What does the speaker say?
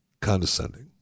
condescending